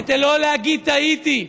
כדי לא להגיד "טעיתי".